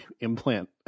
implant